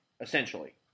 Essentially